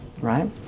Right